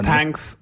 Thanks